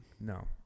No